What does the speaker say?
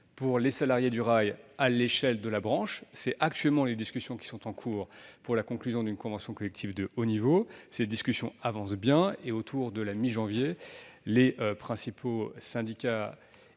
pour les salariés du rail à l'échelle de la branche. Tel est l'objet des discussions en cours pour la conclusion d'une convention collective de haut niveau. Ces travaux avancent bien et, autour de la mi-janvier, les principaux syndicats